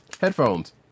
headphones